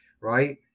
right